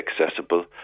accessible